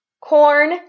corn